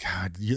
God